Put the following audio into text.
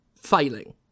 failing